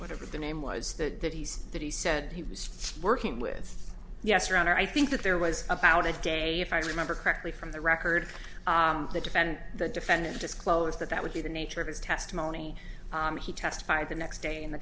whatever the name was the that he's that he said he was working with yes around or i think that there was about a day if i remember correctly from the record the defendant the defendant disclosed that that would be the nature of his testimony he testified the next day and the